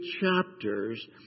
chapters